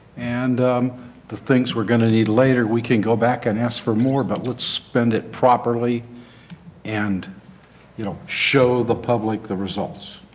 and the things that we are going to need later we can go back and ask for more but let's spend it properly and you know show the public the results.